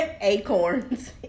acorns